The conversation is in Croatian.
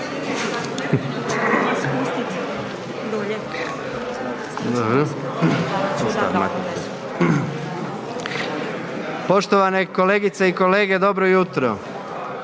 poštovane kolegice i kolege završno